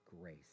grace